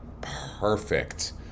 perfect